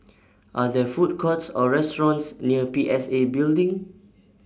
Are There Food Courts Or restaurants near P S A Building